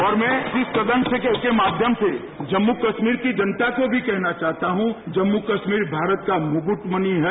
और मैं आज इस सदन के माध्यम से जम्मू कश्मीर की जनता को भी कहना चाहता हूं कि जम्मू कश्मीर भारत का मुकुट मणि है